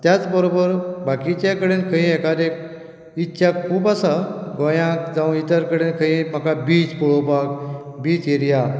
त्याच बरोबर बाकीचे कडेन थंय एकादे इच्छा खूब आसा गोंयांत जावं इतर कडेन म्हाका बीच पळोवपाक बीच एरिया